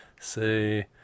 say